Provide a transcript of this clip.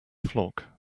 flock